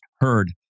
heard